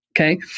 okay